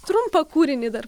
trumpą kūrinį dar